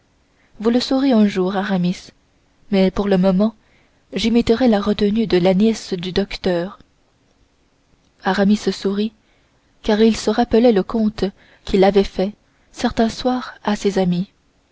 vous le saurez un jour aramis mais pour le moment j'imiterai la retenue de la nièce du docteur aramis sourit car il se rappelait le conte qu'il avait fait certain soir à ses amis